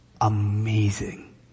amazing